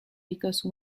because